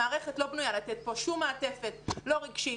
המערכת לא בנויה לתת פה שום מעטפת לא רגשית,